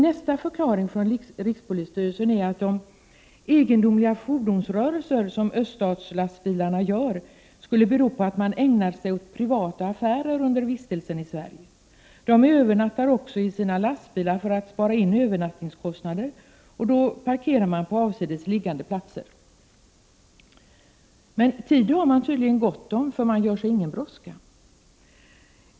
Nästa förklaring från rikspolisstyrelsen är att de egendomliga fordonsrörelser som öststatslastbilarna gör skulle bero på att förarna ägnar sig åt privata affärer under vistelsen i Sverige. Det sägs att förarna också övernattar i sina lastbilar för att spara in dessa kostnader och då parkerar på avsides liggande platser. Men tid har förarna tydligen gott om, eftersom de inte gör sig någon brådska.